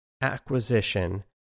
acquisition